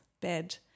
bed